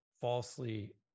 falsely